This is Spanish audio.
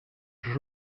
sus